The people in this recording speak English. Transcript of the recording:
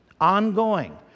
Ongoing